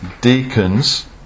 deacons